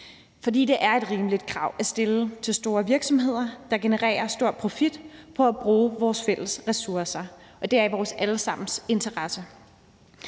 For det er et rimeligt krav at stille til store virksomheder, der genererer stor profit på at bruge vores fælles ressourcer, og det er i vores alle sammens interesse.